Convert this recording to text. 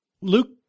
Luke